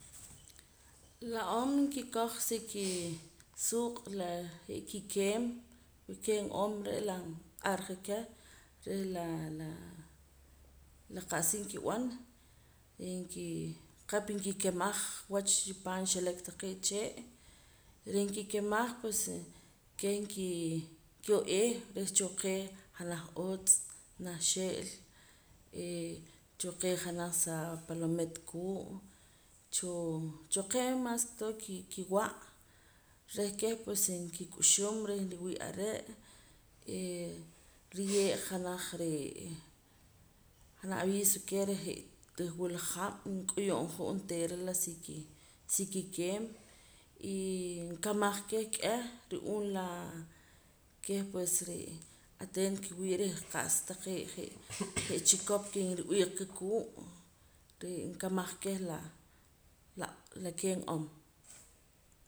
La om nkikoj si kisuuq' la je' kikeem la keem om re' laa nq'arja keh reh laa la qa'sa nkib'an y nkii kiqap kikemaj wach chipaam xelek taqee' chee' reh nkikemaj pues keh kii k'o'ee reh choo qee junaj utz' naj xi'l eh choo qee janaj sa palomit kuu' choo choqee mas ke todo kii kiwa' reh keh pues nkik'uxum reh riwii' are' eh nriye' janaj re'ee janaj aviso keh reh je' tah wula hab' nk'uyun'jaa onteera la siki sikikeem y nkamaj keh k'eh ru'uum laa keh pues re'e atento ki'wii reh qa'sa taqee' je' chikop nrub'iiq ka kuu' re' nkamaj keh laa la keem om